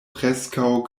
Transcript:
preskaŭ